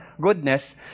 goodness